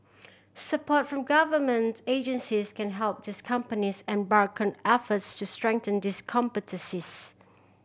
support from government agencies can help these companies embark on efforts to strengthen these competencies